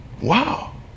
wow